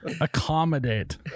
Accommodate